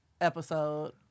episode